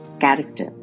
character